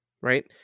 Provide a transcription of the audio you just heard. right